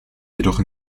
jedoch